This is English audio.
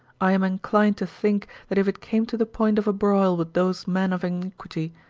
i am inclined to think that if it came to the point of a broil with those men of iniquity,